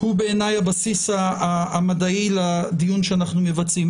בעיניי הוא הבסיס המדעי לדיון שאנחנו מקיימים כאן.